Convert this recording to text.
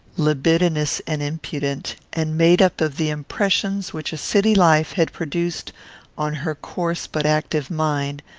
libidinous and impudent, and made up of the impressions which a city life had produced on her coarse but active mind,